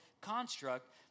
construct